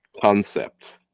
concept